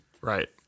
Right